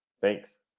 Thanks